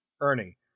Ernie